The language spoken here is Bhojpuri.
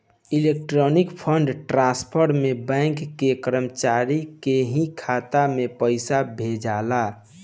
इलेक्ट्रॉनिक फंड ट्रांसफर में बैंक के कर्मचारी के ही खाता में पइसा भेजाला